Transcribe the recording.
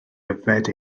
yfed